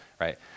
right